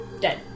dead